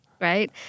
right